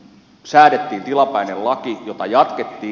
säädettiin tilapäinen laki jota jatkettiin